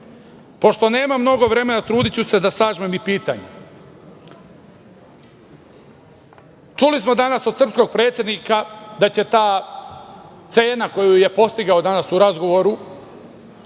nemam mnogo vremena, trudiću se da sažmem i pitanje. Čuli smo danas od srpskog predsednika da će ta cena koju je postigao danas u razgovoru